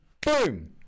boom